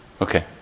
Okay